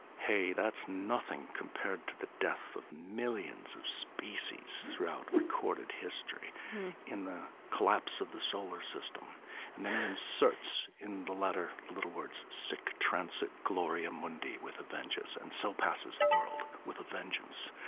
hey, that's nothing compared to the death of millions of species throughout recorded history in the collapse of the solar system and then he inserts in the letter little words, sic transit gloria mundi with a vengeance and so passes the world with a vengeance.